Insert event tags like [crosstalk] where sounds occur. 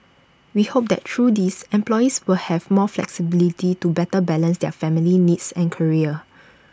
we hope that through these employees will have more [noise] flexibility to better balance their family needs and careers